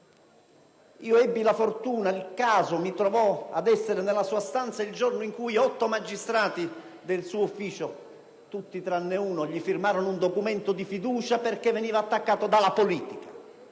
caso, la fortuna di trovarmi ad essere nella sua stanza il giorno in cui otto magistrati del suo ufficio - tutti tranne uno - firmarono un documento di fiducia, perché veniva attaccato dalla politica